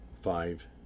five